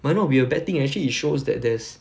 might not be a bad thing actually it shows that there's